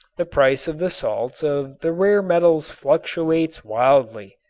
the price of the salts of the rare metals fluctuates wildly.